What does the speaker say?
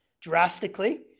drastically